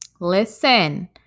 listen